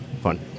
fun